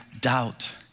doubt